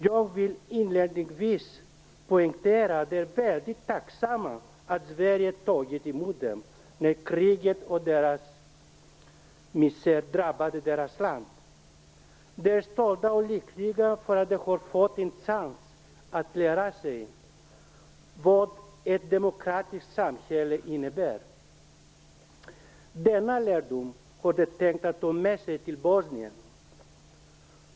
Jag vill inledningsvis poängtera att de är väldigt tacksamma för att Sverige tagit emot dem när krig och misär drabbade deras land. Det är stolta och lyckliga för att de har fått en chans att lära sig vad ett demokratiskt samhälle innebär. Denna lärdom har de tänkt att ta med sig till Bosnien.